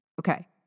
Okay